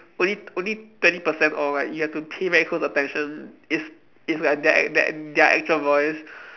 only only twenty percent or like you have to pay very close attention it's it's like their their their actual voice